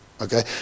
Okay